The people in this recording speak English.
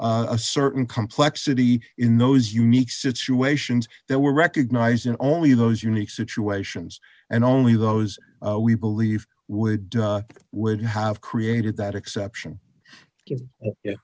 a certain complexity in those unique situations that were recognized in only those unique situations and only those we believe would would have created that exception